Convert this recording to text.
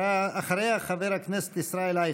אחריה, חבר הכנסת ישראל אייכלר.